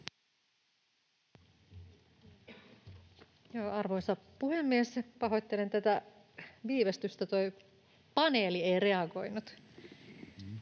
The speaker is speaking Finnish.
Arvoisa puhemies! Pahoittelen tätä viivästystä. Tuo paneeli ei reagoinut.